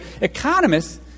economists